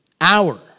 hour